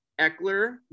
Eckler